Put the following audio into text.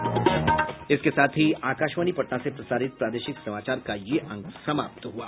इसके साथ ही आकाशवाणी पटना से प्रसारित प्रादेशिक समाचार का ये अंक समाप्त हुआ